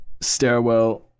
stairwell